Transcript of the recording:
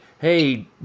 hey